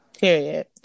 Period